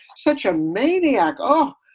such a maniac. oh,